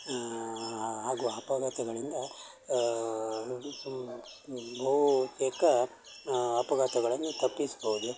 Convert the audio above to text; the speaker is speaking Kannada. ಆಗುವ ಅಪಘಾತಗಳಿಂದ ಬಹುತೇಕ ಅಪಘಾತಗಳನ್ನು ತಪ್ಪಿಸ್ಬೋದು